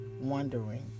wondering